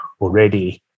already